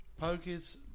pokies